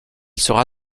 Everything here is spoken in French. sera